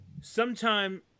sometime